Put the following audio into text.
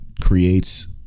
creates